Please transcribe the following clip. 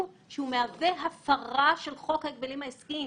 שמהווה הפרה של חוק ההגבלים העסקיים,